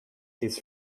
his